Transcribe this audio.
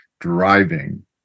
driving